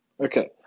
Okay